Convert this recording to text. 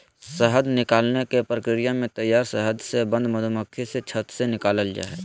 शहद निकालने के प्रक्रिया में तैयार शहद से बंद मधुमक्खी से छत्त से निकलैय हइ